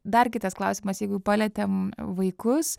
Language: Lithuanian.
dar kitas klausimas jeigu palietėm vaikus